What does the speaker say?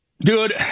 dude